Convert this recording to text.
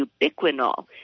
ubiquinol